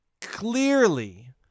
clearly